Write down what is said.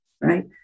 right